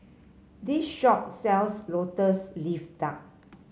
this shop sells lotus leaf duck